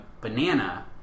banana